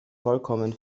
vollkommen